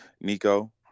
Nico